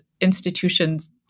institutions